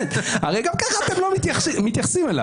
הרי גם ככה אתם לא מתייחסים אליו.